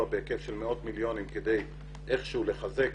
בהיקף של מאות מיליוני שקלים כדי איכשהו לחזק,